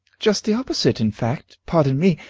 just the opposite, in fact pardon me!